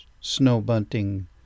snow-bunting